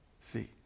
See